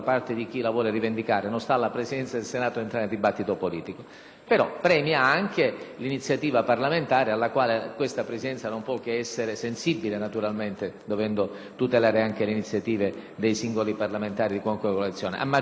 ma premia l'iniziativa parlamentare, alla quale questa Presidenza non può che essere sensibile naturalmente, dovendo tutelare anche le iniziative dei singoli parlamentari, a maggior